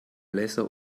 laser